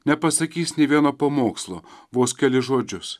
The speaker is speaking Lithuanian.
nepasakys nė vieno pamokslo vos kelis žodžius